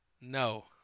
No